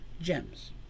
gems